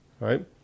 Right